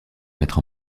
mettre